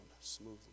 smoothly